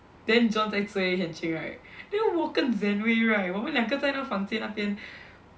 then John 在追 Hian Ching right then 我跟 Zen Wee right 我们两个在他房间那边